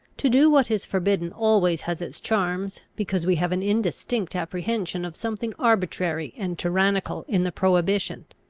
to do what is forbidden always has its charms, because we have an indistinct apprehension of something arbitrary and tyrannical in the prohibition.